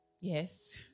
Yes